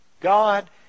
God